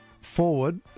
forward